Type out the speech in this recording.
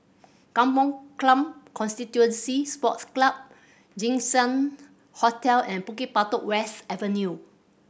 Kampong Glam Constituency Sports Club Jinshan Hotel and Bukit Batok West Avenue